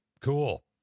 cool